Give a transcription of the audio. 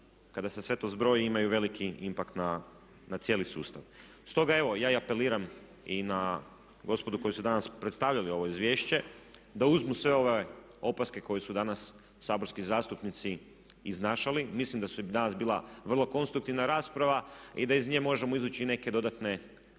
kada se sve to zbroji imaju veliki impakt na cijeli sustav. Stoga evo, ja i apeliram i na gospodu koji su danas predstavljali ovo izvješće da uzmu sve ove opaske koje su danas saborski zastupnici iznašali. Mislim da je danas bila vrlo konstruktivna rasprava i da iz nje možemo izvući i neke dodatne